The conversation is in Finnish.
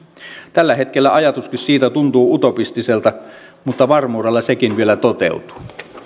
tällä hetkellä ajatuskin siitä tuntuu utopistiselta mutta varmuudella sekin vielä toteutuu